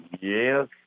Yes